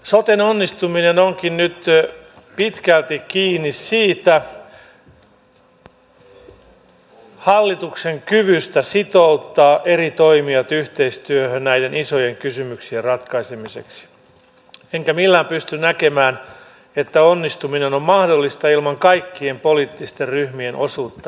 soten onnistuminen onkin nyt pitkälti kiinni hallituksen kyvystä sitouttaa eri toimijat yhteistyöhön näiden isojen kysymyksien ratkaisemiseksi enkä millään pysty näkemään että onnistuminen on mahdollista ilman kaikkien poliittisten ryhmien osuutta ja yhteistyötä